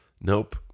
nope